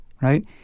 right